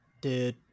Dude